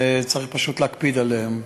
וצריך פשוט להקפיד עליהם.